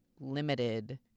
limited